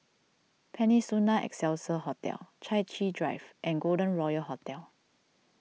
Peninsula Excelsior Hotel Chai Chee Drive and Golden Royal Hotel